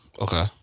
Okay